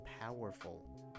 powerful